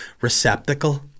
receptacle